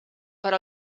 per